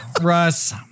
Russ